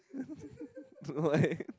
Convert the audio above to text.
why